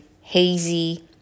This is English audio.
hazy